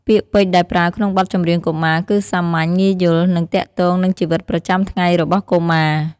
ពាក្យពេចន៍ដែលប្រើក្នុងបទចម្រៀងកុមារ គឺសាមញ្ញ ងាយយល់ និងទាក់ទងនឹងជីវិតប្រចាំថ្ងៃរបស់កុមារ។